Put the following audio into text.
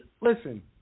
listen